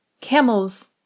camels